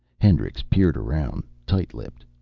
hendricks peered around, tight-lipped.